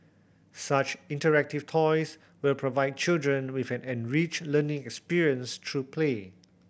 such interactive toys will provide children with an enriched learning experience through play